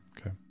Okay